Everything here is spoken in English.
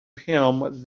him